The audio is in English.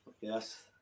yes